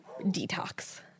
detox